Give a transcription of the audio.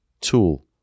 tool